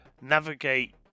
Navigate